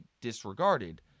disregarded